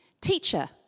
Teacher